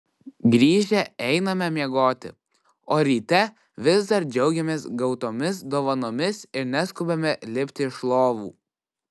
grįžę einame miegoti o ryte vis dar džiaugiamės gautomis dovanomis ir neskubame lipti iš lovų